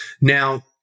Now